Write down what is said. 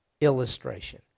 Illustration